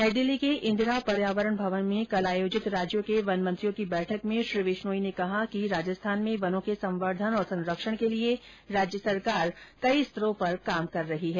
नई दिल्ली के इंदिरा पर्यावरण भवन में कल आर्योजित राज्यों के वन मंत्रियों की बैठक में श्री विश्नोई ने कहा कि राजस्थान में वनों के संवर्धन और संरक्षण के लिए राज्य सरकार कई स्तरों पर काम कर रही है